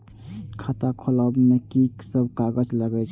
खाता खोलब में की सब कागज लगे छै?